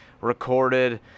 recorded